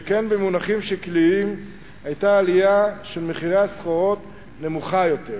שכן במונחים שקליים היתה העלייה של מחירי הסחורות נמוכה יותר.